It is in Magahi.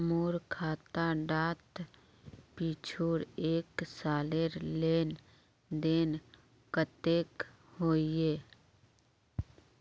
मोर खाता डात पिछुर एक सालेर लेन देन कतेक होइए?